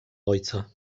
ojca